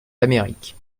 d’amérique